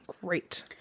Great